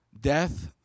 death